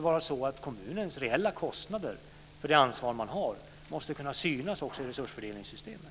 Kommunens reella kostnader för det ansvar som den har måste också kunna synas i resursfördelningssystemet.